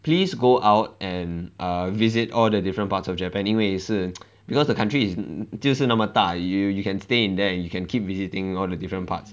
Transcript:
please go out and err visit all the different parts of japan 因为是 because the country is 就是那么大 you you can stay in there and you can keep visiting all the different parts